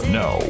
no